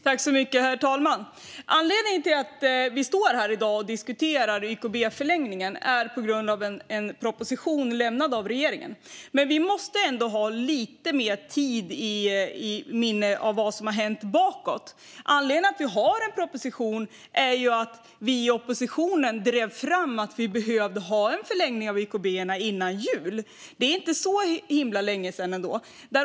Herr talman! Anledningen till att vi står här i dag och diskuterar YKB-förlängningen är en proposition som regeringen har lämnat. Men vi måste ändå ha lite mer i minnet vad som har hänt bakåt i tiden. Anledningen till att det har kommit en proposition är att vi i oppositionen drev fram att en förlängning av YKB:erna behövde komma före jul. Det är ändå inte så himla länge sedan.